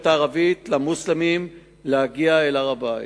הערבית וקריאה למוסלמים להגיע להר-הבית.